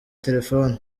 terefoni